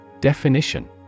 Definition